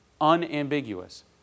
unambiguous